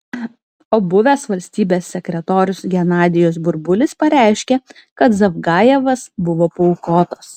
o buvęs valstybės sekretorius genadijus burbulis pareiškė kad zavgajevas buvo paaukotas